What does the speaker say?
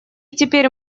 теперь